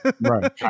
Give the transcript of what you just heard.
right